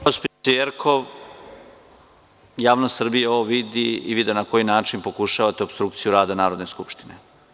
Gospođice Jerkov, javnost Srbije ovo vidi i vidi na koji način pokušavate opstrukciju rada Narodne skupštine.